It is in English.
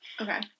Okay